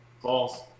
False